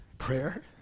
Prayer